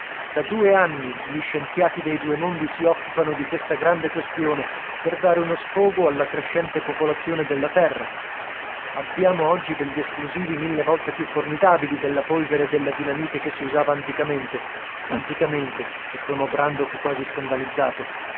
da due anni gli scienziati dei due mondi si occupano di questa grande questione per dare uno sfogo alla crescente popolazione della terra abbiamo oggi degli esplosivi mille volte più formidabili della polvere e della dinamite che si usava anticamente anticamente esclamò brandok quasi scandalizzato